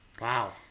Wow